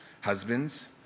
Husbands